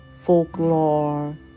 folklore